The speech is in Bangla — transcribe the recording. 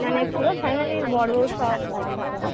মানে পুরো ফ্যামিলির বর বউ সব এক সাথে হবে